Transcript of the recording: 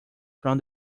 from